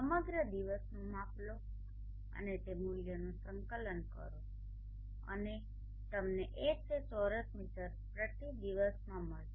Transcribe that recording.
સમગ્ર દિવસનુ માપ લો અને તે મૂલ્યોનું સંકલન કરો અને તમને Ha ચોરસ મીટર પ્રતિ દિવસમાં મળશે